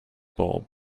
bulb